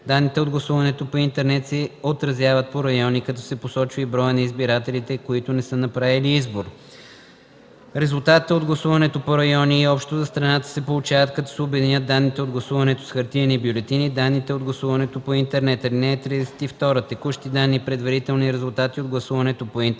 Данните от гласуването по интернет се отразяват по райони, като се посочва и броят на избирателите, които не са направили избор. Резултатите от гласуването по райони и общо за страната се получават, като се обединят данните от гласуването с хартиени бюлетини и данните от гласуването по интернет.